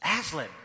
Aslan